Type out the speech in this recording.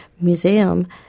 Museum